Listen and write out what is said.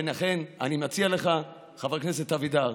ולכן אני מציע לך, חבר הכנסת אבידר,